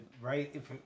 right